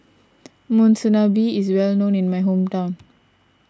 Monsunabe is well known in my hometown